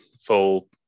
full